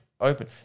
open